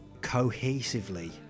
cohesively